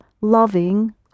loving